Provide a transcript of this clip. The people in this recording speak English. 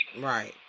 Right